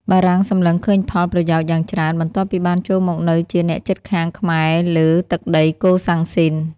បារាំងសម្លឹងឃើញផល ប្រយោជន៍យ៉ាងច្រើន បន្ទាប់ពីបានចូលមកនៅជាអ្នកជិតខាងខ្មែរលើទឹកដីកូសាំងស៊ីន។